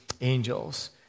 angels